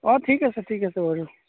অঁ ঠিক আছে ঠিক আছে বাৰু